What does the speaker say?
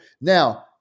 Now